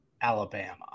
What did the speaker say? Alabama